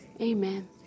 amen